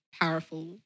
powerful